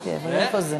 שני